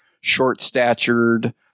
short-statured